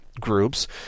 groups